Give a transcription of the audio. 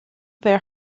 their